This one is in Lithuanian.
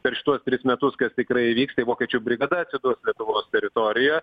per šituos tris metus kas tikrai įvyks tai vokiečių brigada atsidurs lietuvos teritorija